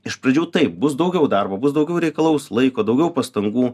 iš pradžių taip bus daugiau darbo bus daugiau reikalaus laiko daugiau pastangų